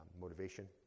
motivation